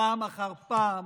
פעם אחר פעם